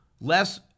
less